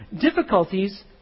difficulties